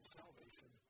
salvation